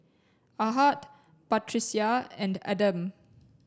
Ahad Batrisya and Adam